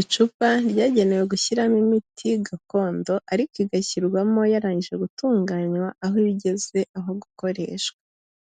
Icupa ryagenewe gushyiramo imiti gakondo ariko igashyirwamo yarangije gutunganywa aho iba igeze aho gukoreshwa,